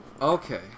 Okay